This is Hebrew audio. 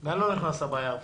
אני לא נכנס לבעיה הרפואית.